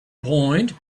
point